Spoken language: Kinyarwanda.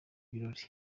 birori